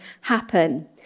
happen